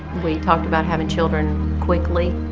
we talked about having children quickly.